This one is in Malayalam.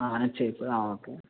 ആ നിശ്ചയിപ്പ് ആ ഓക്കെ